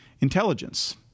intelligence